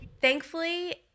Thankfully